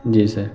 جی سر